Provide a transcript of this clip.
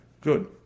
Good